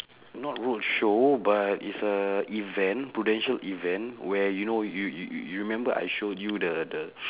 not roadshow but it's a event prudential event where you know you you you remember I show you the the